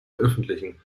öffentlichen